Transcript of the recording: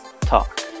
talk